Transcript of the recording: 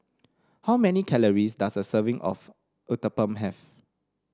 how many calories does a serving of Uthapam have